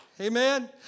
Amen